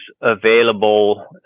available